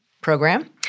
program